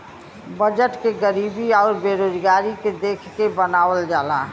budget के गरीबी आउर बेरोजगारी के देख के बनावल जाला